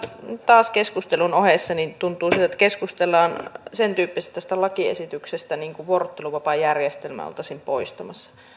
taas keskustelun ohessa tuntuu siltä että keskustellaan sen tyyppisestä lakiesityksestä että vuorotteluvapaajärjestelmä oltaisiin poistamassa